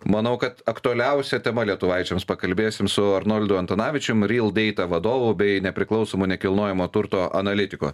manau kad aktualiausia tema lietuvaičiams pakalbėsim su arnoldu antanavičium rildeita vadovu bei nepriklausomo nekilnojamo turto analitiku